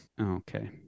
Okay